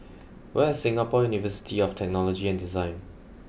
where is Singapore University of Technology and Design